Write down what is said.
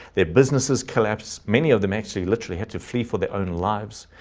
their businesses collapsed. many of them actually literally had to flee for their own lives.